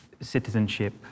citizenship